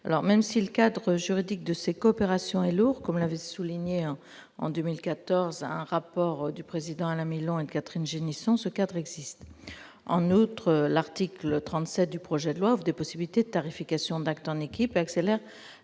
santé. Même si le cadre juridique de ces coopérations est lourd, comme l'a souligné en 2014 un rapport rédigé par Alain Milon et Catherine Génisson, il a au moins le mérite d'exister. En outre, l'article 37 du projet de loi ouvre des possibilités de tarification d'actes en équipe et accélère